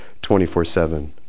24-7